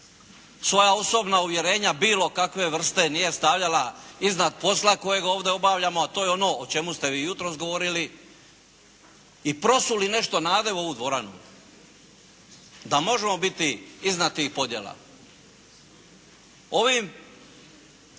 svoja osobna uvjerenja bilo kakve vrste nije stavljala iznad posla kojeg ovdje obavljamo a to je ono o čemu ste vi jutros govorili i prosuli nešto nade u ovu dvoranu, da možemo biti iznad tih podjela. Ovim